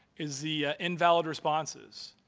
is the invalid responses.